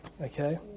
Okay